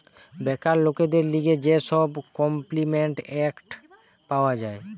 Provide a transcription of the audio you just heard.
বেকার লোকদের লিগে যে সব ইমল্পিমেন্ট এক্ট পাওয়া যায়